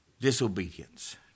Disobedience